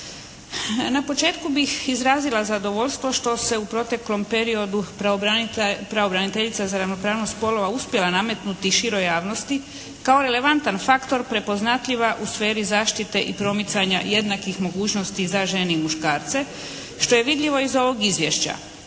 Na početku bih izrazila zadovoljstvo što se u proteklom periodu pravobraniteljica za ravnopravnost spolova uspjela nametnuti široj javnosti kao relevantan faktor prepoznatljiva u sferi zaštite i promicanja jednakih mogućnosti za žene i muškarce što je vidljivo iz ovog izvješća.